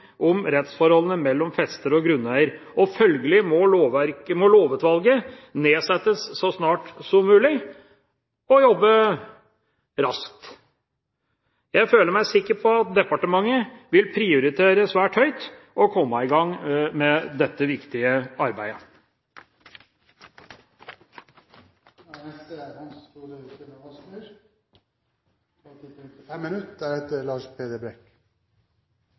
om rettsforholdene mellom fester og grunneier, og følgelig må lovutvalget nedsettes så snart som mulig, og det må jobbe raskt. Jeg føler meg sikker på at departementet vil prioritere svært høyt å komme i gang med dette viktige arbeidet.